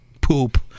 poop